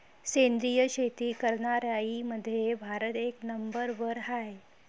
सेंद्रिय शेती करनाऱ्याईमंधी भारत एक नंबरवर हाय